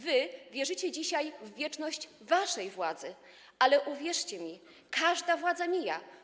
Wy wierzycie dzisiaj w wieczność waszej władzy, ale uwierzcie mi, każda władza mija.